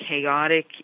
chaotic